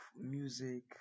music